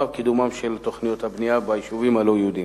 ולקידומן של תוכניות הבנייה ביישובים הלא-יהודיים.